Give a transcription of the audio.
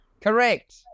Correct